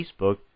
Facebook